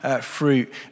fruit